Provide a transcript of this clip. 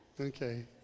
Okay